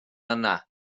yna